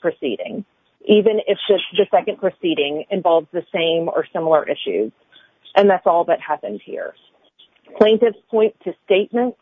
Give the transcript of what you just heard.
proceeding even if just just like an proceeding involves the same or similar issue and that's all that happens here plaintiffs point to statements